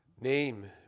name